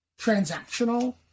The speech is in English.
transactional